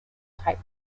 type